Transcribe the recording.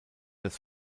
das